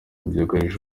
byugarije